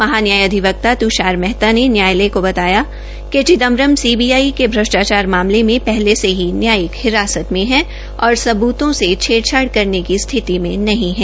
महा न्याय अधिवकता त्षार मेहता ने न्यायालय को बताया कि चिदम्बरम सीबीआई के भ्रष्टाचार मामले मे पहले से ही न्यायिक हिरासत में है और सबूतों से छेड़छाड़ करने की स्थिति मे नहीं है